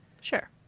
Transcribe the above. Sure